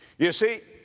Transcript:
you see,